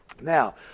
Now